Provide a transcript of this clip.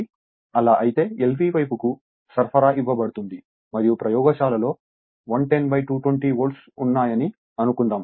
కాబట్టి అలా అయితే LV వైపుకు సరఫరా ఇవ్వబడుతుంది మరియు ప్రయోగశాలలో 110 220 వోల్ట్లు ఉన్నాయని అనుకుందాం